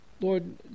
Lord